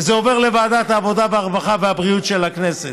וזה עובר לוועדת העבודה והרווחה והבריאות של הכנסת,